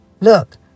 look